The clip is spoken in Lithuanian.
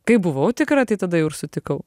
kai buvau tikra tai tada jau ir sutikau